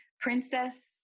princess